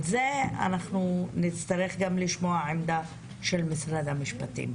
אנחנו נצטרך לשמוע עמדה של משרד המשפטים גם לגבי זה.